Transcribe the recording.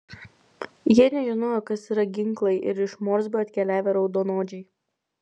jie nežinojo kas yra ginklai ir iš morsbio atkeliavę raudonodžiai